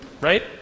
Right